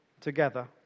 together